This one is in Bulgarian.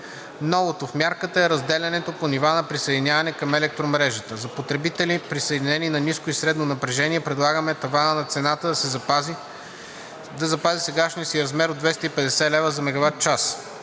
Новото в мярката е разделянето по нива на присъединяването към електромрежата. За потребители, присъединени на ниско и средно напрежение, предлагаме таванът на цената да запази сегашния си размер от 250 лв. за мегаватчас.